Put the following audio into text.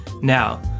now